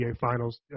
Finals